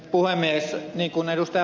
niin kuin ed